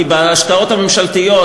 כי בהשקעות הממשלתיות,